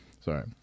Sorry